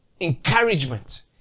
encouragement